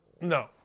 No